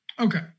Okay